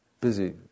Busy